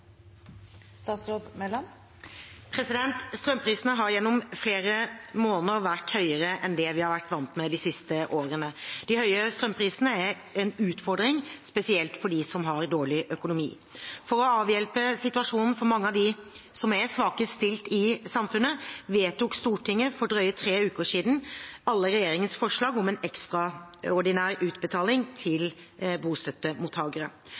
Strømprisene har gjennom flere måneder vært høyere enn det vi har vært vant med de siste årene. De høye strømprisene er en utfordring, spesielt for dem som har dårlig økonomi. For å avhjelpe situasjonen for mange av dem som er svakest stilt i samfunnet, vedtok Stortinget for drøyt tre uker siden alle regjeringens forslag om en ekstraordinær utbetaling til bostøttemottakere.